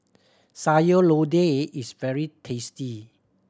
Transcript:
Sayur Lodeh is very tasty